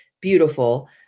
beautiful